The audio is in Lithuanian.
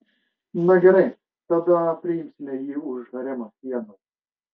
na gerai tada priimsime jį už haremo sienų